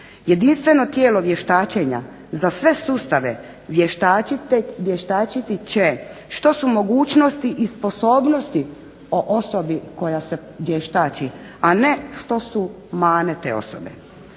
Jedinstveno tijelo vještačenja za sve sustave vještačiti će što su mogućnosti i sposobnosti o osobi koja se vještači, a ne što su mane te osobe.